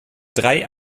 drei